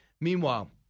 Meanwhile